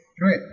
right